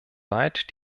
weit